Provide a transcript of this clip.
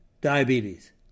diabetes